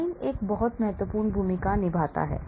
amine बहुत महत्वपूर्ण भूमिका निभाते हैं